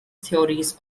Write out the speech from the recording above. theories